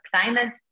climate